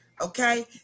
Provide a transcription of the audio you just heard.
Okay